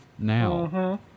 Now